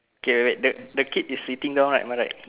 okay wait wait the the kid is sitting down right am I right